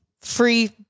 free